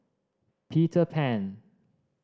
Peter Pan